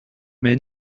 mais